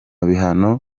bihano